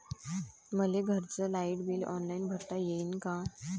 मले घरचं light bill online भरता येईन का?